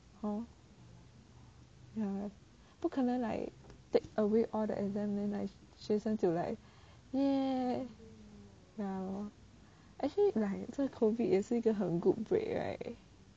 oh ya lor 不可能 like take away all the exam then like 学生就 like !yay! ya actually like 这个 COVID good break right